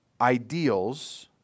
ideals